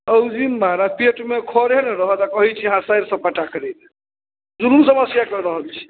औजी महराज पेटमे खरे नहि रहत आओर कहै छी अहाँ सारिसे फटा करैलए जुलुम समस्या कऽ रहल छी